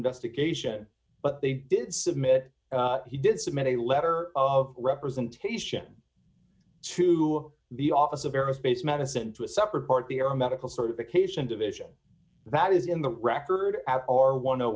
investigation but they did submit he did submit a letter of representation to the office of aerospace medicine to a separate part the our medical certification division that is in the record at r one o